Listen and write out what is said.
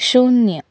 शून्य